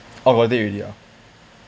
oh got date already ah